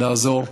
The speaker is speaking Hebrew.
לעזור.